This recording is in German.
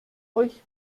euch